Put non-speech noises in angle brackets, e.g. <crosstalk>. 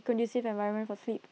<unintelligible> conducive environment for sleep